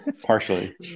Partially